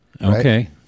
Okay